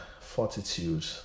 fortitude